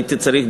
הייתי צריך,